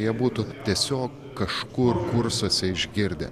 jie būtų tiesiog kažkur kursuose išgirdę